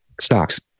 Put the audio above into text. stocks